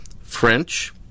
French